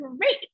great